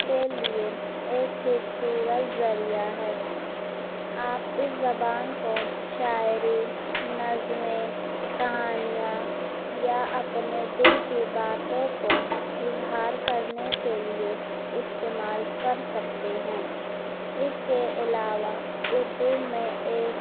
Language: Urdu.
کے لیے ایک خوبصورت ذریعہ ہے آپ اس زبان کو شاعری نظمیں کہانیاں یا اپنے دل کی باتوں کو اظہار کرنے کے لیے استعمال کر سکتے ہیں اس کے علاوہ اردو میں ایک